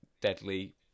deadly